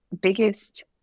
biggest